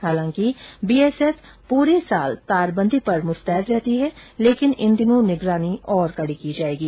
हालांकि बीएसएफ पूरे साल तारबंदी पर मुस्तैद रहती है लेकिन इन दिनों निगरानी और कडी की जायेगी